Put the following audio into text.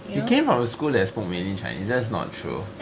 you came from a school that mainly spoke chinese that's not true